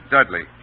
Dudley